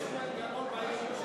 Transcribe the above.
יש מנגנון באי-אמון של